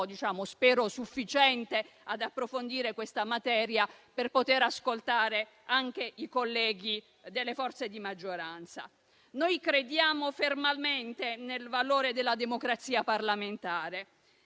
spero sia sufficiente ad approfondire questa materia per poter ascoltare anche i colleghi delle forze di maggioranza. Noi crediamo fermamente nel valore della democrazia parlamentare